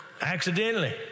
accidentally